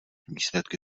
výsledky